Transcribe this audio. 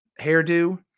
hairdo